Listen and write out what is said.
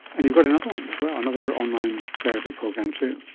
and you've got another one as well, another online therapy program too.